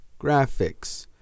graphics